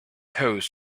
host